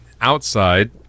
outside